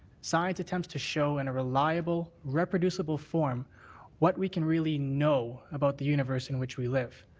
science attempts to show in a reliable, reproducible form what we can really know about the universe in which we live.